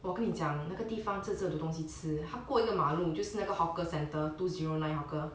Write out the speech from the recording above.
我跟你讲那个地方真的是很多东西吃她过一个马路就是那个 hawker centre two zero nine hawker